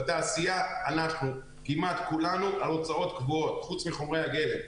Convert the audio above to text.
בתעשייה ההוצאות הן קבועות, חוץ מחומרי הגלם.